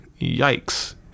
Yikes